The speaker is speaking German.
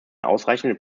ausreichend